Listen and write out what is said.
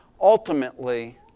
ultimately